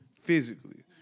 physically